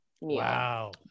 Wow